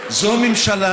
זה ממשלה